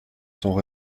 sont